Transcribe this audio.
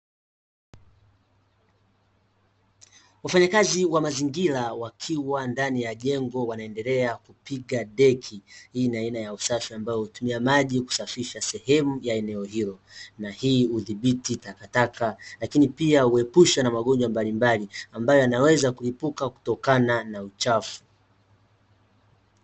Wafanyakazi wa mazingira wakiwa ndani ya jengo wanaendelea kupiga deki. Hii ni aina ya usafi ambayo inatumia maji kusafisha sehemu ya eneo hilo. Hii hudhibiti takataka lakini pia huepusha na magonjwa mbalimbali ambayo yanaweza kulipuka kutokana na uchafu.